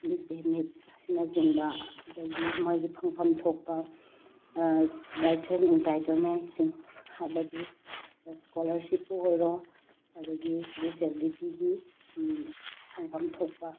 ꯃꯤꯠ ꯗꯦ ꯃꯤꯠ ꯑꯁꯤꯅꯆꯤꯡꯕ ꯑꯗꯒꯤ ꯃꯣꯏꯒꯤ ꯐꯪꯐꯃ ꯊꯣꯛꯄ ꯇꯥꯏꯇꯜ ꯏꯟꯇꯥꯏꯇꯜꯃꯦꯟꯁꯤꯡ ꯍꯥꯏꯕꯗꯤ ꯁ꯭ꯀꯣꯂꯥꯔꯁꯤꯞꯄꯨ ꯑꯣꯏꯔꯣ ꯑꯗꯒꯤ ꯗꯤꯁꯑꯦꯕꯤꯂꯤꯇꯤꯒꯤ ꯐꯪꯐꯝ ꯊꯣꯛꯄ